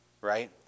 right